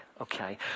okay